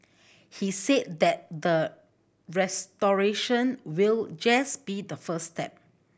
he said that the restoration will just be the first step